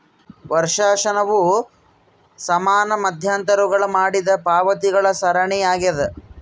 ವರ್ಷಾಶನವು ಸಮಾನ ಮಧ್ಯಂತರಗುಳಾಗ ಮಾಡಿದ ಪಾವತಿಗಳ ಸರಣಿಯಾಗ್ಯದ